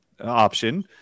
option